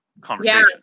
conversation